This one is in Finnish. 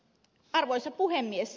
arvoisa puhemies